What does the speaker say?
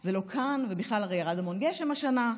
זה לא כאן, ובכלל הרי ירד המון גשם השנה,